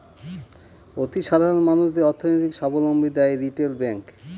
অতি সাধারণ মানুষদের অর্থনৈতিক সাবলম্বী দেয় রিটেল ব্যাঙ্ক